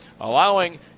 allowing